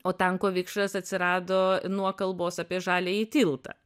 o tanko vikšras atsirado nuo kalbos apie žaliąjį tiltą